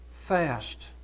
fast